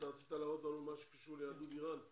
אתה רצית להראות לנו משהו שקשור ליהדות אירן.